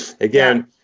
again